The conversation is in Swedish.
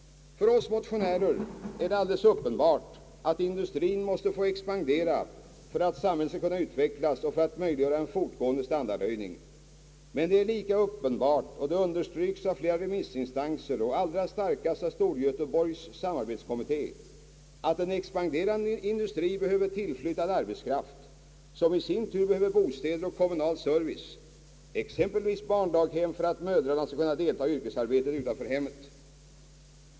För oss motionärer är det alldeles uppenbart att industrien måste få expandera för att samhället skall kunna utvecklas och för att möjliggöra en fortgående standardhöjning. Men det är lika uppenbart — och det understrykes av flera remissinstanser och då allra starkast av Storgöteborgs samarbetskommitté — att en expanderande industri behöver tillflyttad arbetskraft, som i sin tur behöver bostäder och kommunal service, exempelvis barndaghem för att mödrarna skall kunna delta i yrkesarbete utanför hemmet.